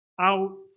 out